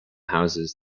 houses